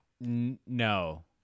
No